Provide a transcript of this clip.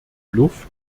luft